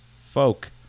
folk